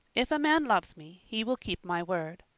if a man loves me, he will keep my word.